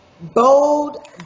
Bold